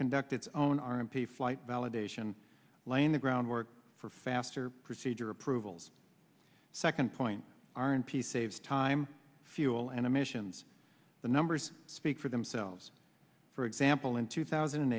conduct its own r m p flight validation laying the groundwork for faster procedure approvals second point r and p saves time fuel and emissions the numbers speak for themselves for example in two thousand and